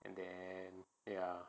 and then ya